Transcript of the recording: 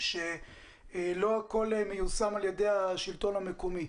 שלא הכול מיושם על ידי השלטון המקומי.